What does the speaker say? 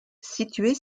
située